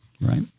Right